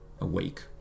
awake